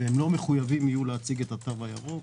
הם לא מחויבים יהיו להציג את התו הירוק.